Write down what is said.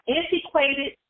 antiquated